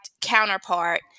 counterpart